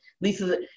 Lisa